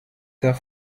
der